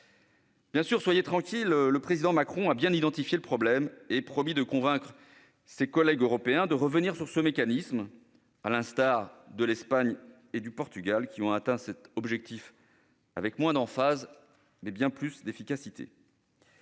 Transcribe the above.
Certes, soyez tranquilles, le président Macron a bien identifié le problème et promis de convaincre ses collègues européens de revenir sur ce mécanisme, à l'instar de l'Espagne et du Portugal, qui ont atteint cet objectif avec moins d'emphase, mais bien plus d'efficacité